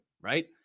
right